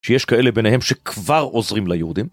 שיש כאלה ביניהם שכבר עוזרים ליהודים?